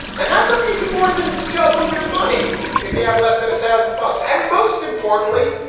and how come you could more than double your money if you have less than a thousand bucks? and most importantly,